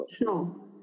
No